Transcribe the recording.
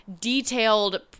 detailed